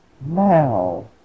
Now